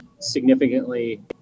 Significantly